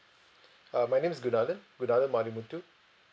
uh my name is gunalan gunalan manimuthu